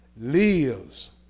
lives